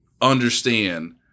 understand